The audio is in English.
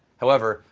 however,